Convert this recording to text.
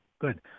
Good